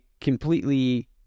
completely